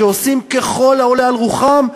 שעושים ככל העולה על רוחם,